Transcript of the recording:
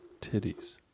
Titties